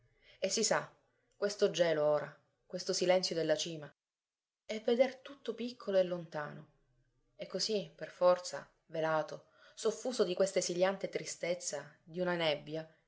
e si sa questo gelo ora e questo silenzio della cima e veder tutto piccolo e lontano e così per forza velato soffuso di questa esiliante tristezza di una nebbia